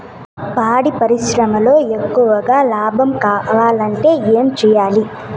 పాడి పరిశ్రమలో ఎక్కువగా లాభం కావాలంటే ఏం చేయాలి?